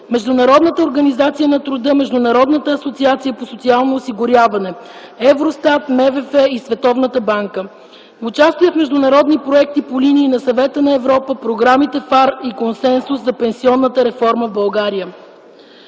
Международната организация на труда, Международната асоциация по социално осигуряване, ЕВРОСТАТ, МВФ и Световната банка. Участие в международни проекти по линия на Съвета на Европа, програмите ФАР и „Консенсус” за пенсионната реформа в България.